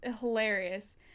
hilarious